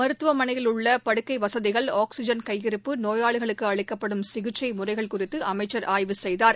மருத்துவமனையில்உள்ளபடுக்கைவசதிகள் ஆக்சிஜன்கையிருப்பு நோயாளிகளுக்குஅளிக்கப்படும்சிகிச்சைமுறைகள்குறித்துஅமைச்சர்ஆய்வுசெய்தார்